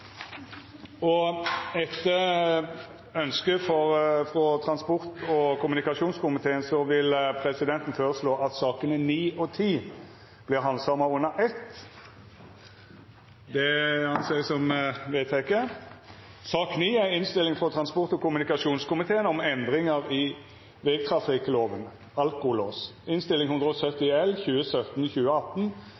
8. Etter ynske frå transport- og kommunikasjonskomiteen vil presidenten føreslå at sakene nr. 9 og 10 vert handsama under eitt. Etter ynske frå transport- og kommunikasjonskomiteen